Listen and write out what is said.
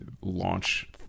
launch